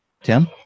Tim